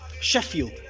Sheffield